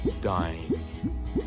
dying